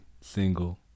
single